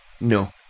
No